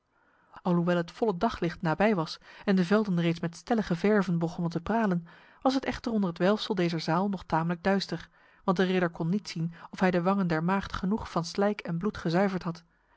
alhoewel het volle daglicht nabij was en de velden reeds met stellige verven begonnen te pralen was het echter onder het welfsel dezer zaal nog tamelijk duister want de ridder kon niet zien of hij de wangen der maagd genoeg van slijk en bloed gezuiverd had